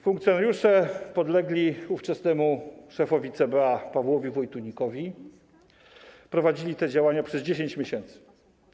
Funkcjonariusze podlegli ówczesnemu szefowi CBA Pawłowi Wojtunikowi prowadzili te działania przez 10 miesięcy.